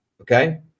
Okay